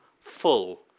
full